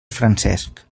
francesc